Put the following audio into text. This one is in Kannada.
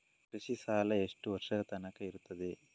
ಕೃಷಿ ಸಾಲ ಎಷ್ಟು ವರ್ಷ ತನಕ ಇರುತ್ತದೆ?